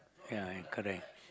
ya and correct